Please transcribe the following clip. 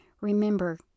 Remember